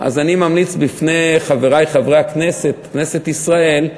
אני ממליץ בפני חברי הכנסת בכנסת ישראל,